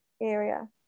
area